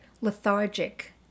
lethargic